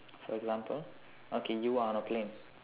for example okay you are on a plane